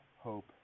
hope